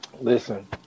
Listen